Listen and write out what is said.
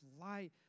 light